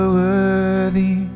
worthy